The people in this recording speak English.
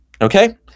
Okay